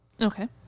Okay